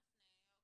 נפנה.